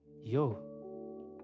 Yo